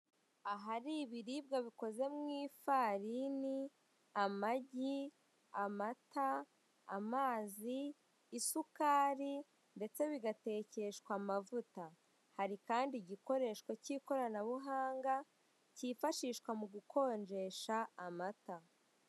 Ahari ibiribwa bikozwe mu ifarini, amagi, amata, amazi, isukari ndetse bigatekeshwa amavuta. Hari kandi igikoresho cy'ikoranabuhanga cyifashishwa mu gukonjesha amata.